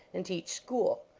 and teach school.